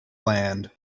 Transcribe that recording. land